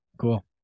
Cool